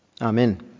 Amen